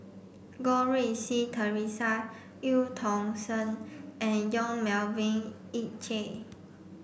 Goh Rui Si Theresa Eu Tong Sen and Yong Melvin Yik Chye